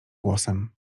głosem